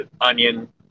onion